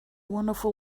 wonderful